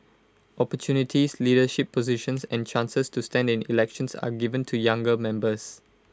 opportunities leadership positions and chances to stand in elections are given to younger members